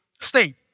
state